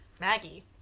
Maggie